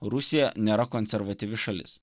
rusija nėra konservatyvi šalis